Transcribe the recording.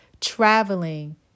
traveling